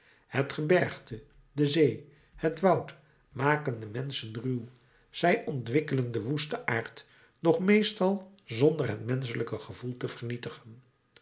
het gebergte de zee het woud maken de menschen ruw zij ontwikkelen den woesten aard doch meestal zonder het menschelijke gevoel te vernietigen